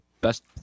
best